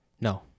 No